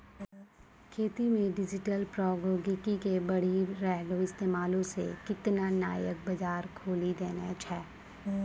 खेती मे डिजिटल प्रौद्योगिकी के बढ़ि रहलो इस्तेमालो से केतना नयका बजार खोलि देने छै